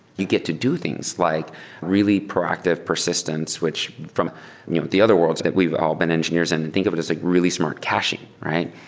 you get to do things like really proactive persistence, which from the other worlds that we've all been engineers in and think of it as like really smart caching, right?